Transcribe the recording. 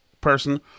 person